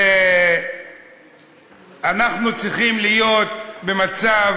ואנחנו צריכים להיות במצב